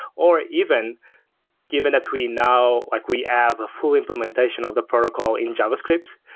or even given that we now like we have a full implementation of the protocol in javascript,